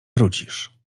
wrócisz